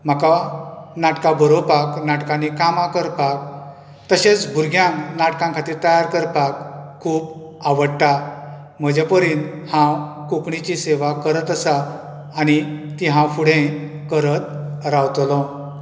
म्हाका नाटकां बरोवपाक नाटकांनी कामां करपाक तशेंच भुरग्यांक नाटका खातीर तयार करपाक खूब आवडटा म्हजे परीन हांव कोंकणीची सेवा करत आसा आनी ती हांव फुडें करत रावतलो